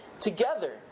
together